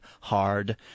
Hard